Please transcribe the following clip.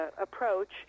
approach